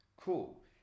Cool